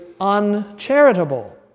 uncharitable